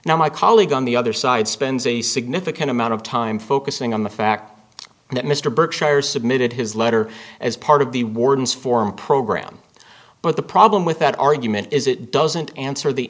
now my colleague on the other side spends a significant amount of time focusing on the fact that mr berkshire's submitted his letter as part of the warden's form program but the problem with that argument is it doesn't answer the